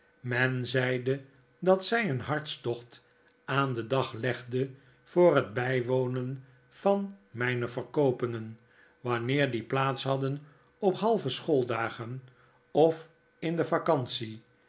men zeide dat zy een hartstocht aan den dag legde voor het bywonen van myne verkoopingen wanneer die plaats hadden op halve schooldagen of in de vacantie